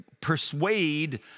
persuade